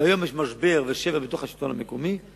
והיום יש משבר ושבר בשלטון המקומי.